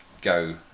go